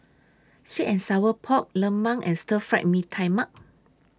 Sweet and Sour Pork Lemang and Stir Fried Mee Tai Mak